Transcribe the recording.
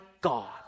God